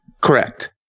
Correct